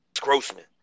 Grossman